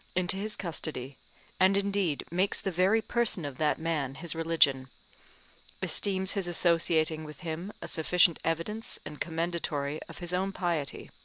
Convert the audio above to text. into his custody and indeed makes the very person of that man his religion esteems his associating with him a sufficient evidence and commendatory of his own piety.